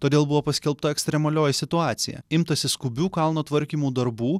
todėl buvo paskelbta ekstremalioji situacija imtasi skubių kalno tvarkymo darbų